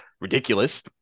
ridiculous